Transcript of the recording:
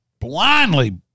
blindly